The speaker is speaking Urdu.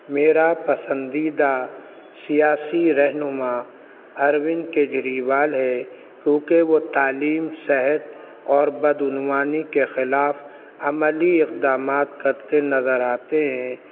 میرا پسندیدہ سیاسی رہنما اروند کیجریوال ہے کیونکہ وہ تعلیم صحت اور بدعنوانی کے خلاف عملی اقدامات کرتے نظر آتے ہیں